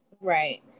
right